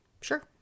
sure